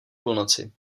půlnoci